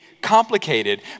complicated